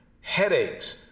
headaches